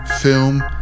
film